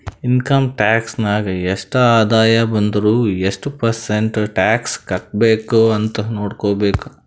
income tax ನಾಗ್ ಎಷ್ಟ ಆದಾಯ ಬಂದುರ್ ಎಷ್ಟು ಪರ್ಸೆಂಟ್ ಟ್ಯಾಕ್ಸ್ ಕಟ್ಬೇಕ್ ಅಂತ್ ನೊಡ್ಕೋಬೇಕ್